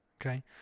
Okay